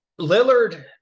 Lillard